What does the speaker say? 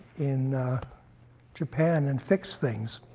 in japan and fix things